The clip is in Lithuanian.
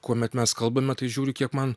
vėlgi kuomet mes kalbame tai žiūriu kiek man